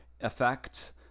effect